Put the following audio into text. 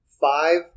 five